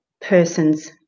person's